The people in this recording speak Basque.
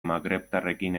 magrebtarrekin